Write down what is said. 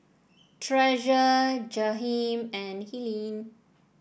Treasure Jaheim and Helene